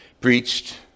preached